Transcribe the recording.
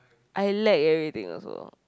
I lack everything also